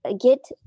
get